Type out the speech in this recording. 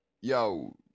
Yo